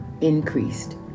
increased